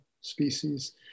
species